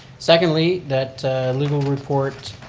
secondly that legal report